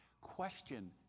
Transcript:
Question